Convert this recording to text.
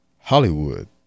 Hollywood